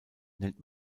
nennt